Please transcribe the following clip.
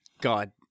God